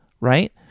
right